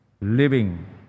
living